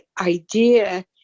idea